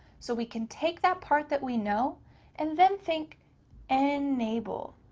so we can take that part that we know and then think and enable.